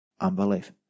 unbelief